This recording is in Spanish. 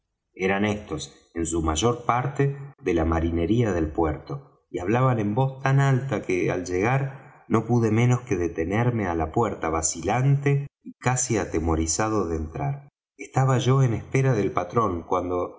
eran estos en su mayor parte de la marinería del puerto y hablaban en voz tan alta que al llegar no pude menos que detenerme á la puerta vacilante y casi atemorizado de entrar estaba yo en espera del patrón cuando